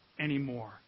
anymore